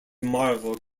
marvel